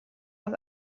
aus